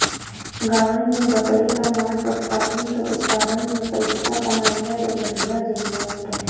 गांवन में बकरी कअ मांस पशुपालन के उत्पादन में पइसा कमइला के बढ़िया जरिया बाटे